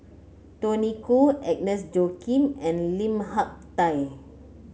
Tony Khoo Agnes Joaquim and Lim Hak Tai